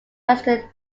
western